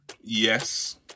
Yes